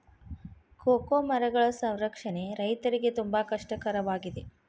cocoa ಮರಗಳ ಸಂರಕ್ಷಣೆ ರೈತರಿಗೆ ತುಂಬಾ ಕಷ್ಟ ಕರವಾಗಿದೆ